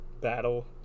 Battle